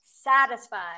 satisfied